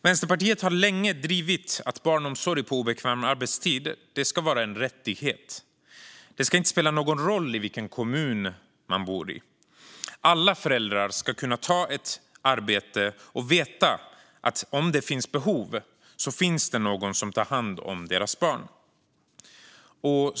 Vänsterpartiet har länge drivit att barnomsorg på obekväm arbetstid ska vara en rättighet. Det ska inte spela någon roll vilken kommun man bor i. Alla föräldrar ska kunna ta ett arbete och veta att om det finns behov finns det någon som tar hand om deras barn.